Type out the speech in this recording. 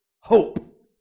hope